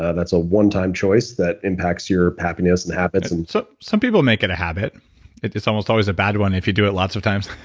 that's a one-time choice that impacts your happiness and habits and so some people make it a habit if it's almost always a bad one, if you do it lots of times.